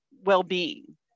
well-being